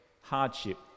hardship